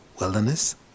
wilderness